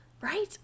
Right